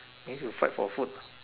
means you fight for food